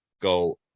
go